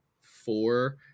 four